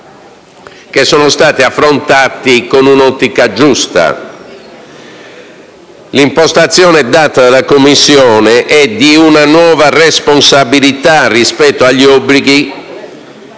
esame sono stati affrontati con un'ottica giusta: l'impostazione data dalla Commissione è quella di una nuova responsabilità rispetto agli obblighi